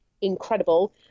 incredible